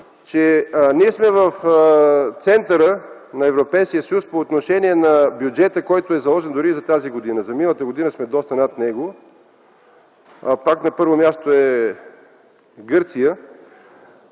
Ние сме в центъра на Европейския съюз по отношение на бюджета, заложен за тази година. За миналата година сме доста над него. Пак на първо място е Гърция.